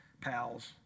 pals